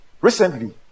Recently